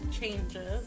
changes